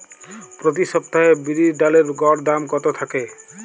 প্রতি সপ্তাহে বিরির ডালের গড় দাম কত থাকে?